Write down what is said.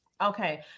Okay